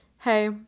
hey